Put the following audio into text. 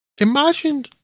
Imagine